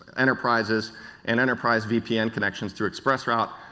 enterprises and enterprise vpn connections through express route.